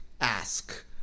ask